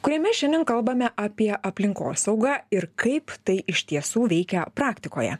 kuriame šiandien kalbame apie aplinkosaugą ir kaip tai iš tiesų veikia praktikoje